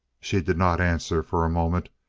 she did not answer for a moment,